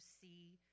see